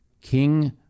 king